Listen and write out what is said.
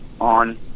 on